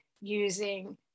using